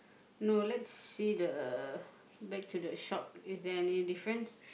no let's see the back to the shop is there any difference